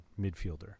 midfielder